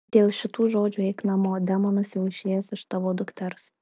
dėl šitų žodžių eik namo demonas jau išėjęs iš tavo dukters